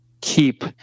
keep